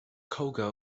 koga